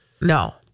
No